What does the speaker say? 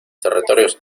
territorios